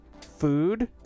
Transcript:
Food